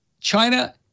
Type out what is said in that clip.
China